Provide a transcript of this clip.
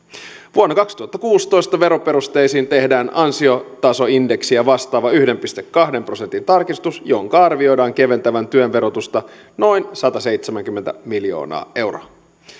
vuonna kaksituhattakuusitoista veroperusteisiin tehdään ansiotasoindeksiä vastaava yhden pilkku kahden prosentin tarkistus jonka arvioidaan keventävän työn verotusta noin sataseitsemänkymmentä miljoonaa euroa